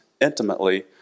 intimately